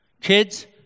Kids